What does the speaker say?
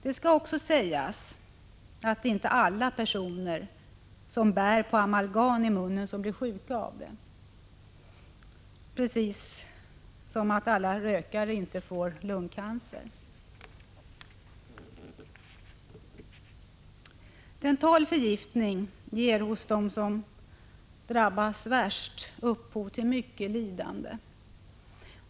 Det skall också sägas att det inte är alla personer som bär amalgam i munnen som blir sjuka av detta, precis som alla rökare inte får lungcancer. Dental förgiftning ger hos dem som drabbas värst upphov till mycket lidande.